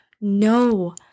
no